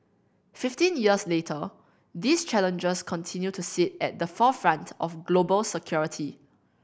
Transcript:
fifteen years later these challenges continue to sit at the forefront of global security